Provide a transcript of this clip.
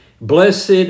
Blessed